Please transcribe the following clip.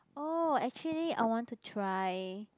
orh actually I want to try